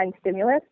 stimulus